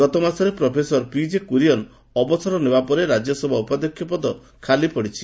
ଗତମାସରେ ପ୍ରଫେସର ପିକେ କୁରିଏନ୍ ଅବସର ନେବା ପରେ ରାଜ୍ୟସଭା ଉପାଧ୍ୟକ୍ଷ ପଦ ଖାଲିପଡ଼ିଛି